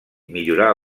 millorar